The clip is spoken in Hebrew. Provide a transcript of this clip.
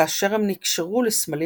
כאשר הם נקשרו לסמלים